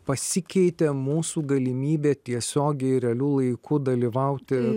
pasikeitė mūsų galimybė tiesiogiai realiu laiku dalyvauti